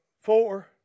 four